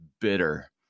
bitter